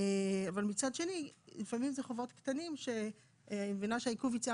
אבל מצד שני לפעמים זה חובות קטנים שאני מבינה שעיכוב היציאה